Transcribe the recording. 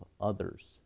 others